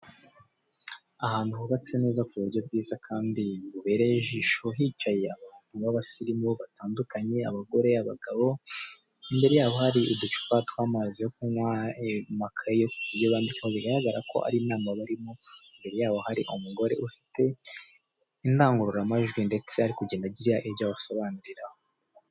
Ahantu hubatse neza ku buryo bwiza kandi bubereye ijisho hicaye abantu b'abasirimu batandukanye abagore, abagabo. Imbere yaboho hari uducupa tw'amazi yo kunywa n'amakayi bandikaho bigaragara ko ari inama barimo, imbere yaho hari umugore ufite indangururamajwi ndetse ari kugenda agira ibyo abasobanuriraho.